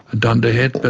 ah dunderhead. but